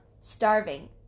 Starving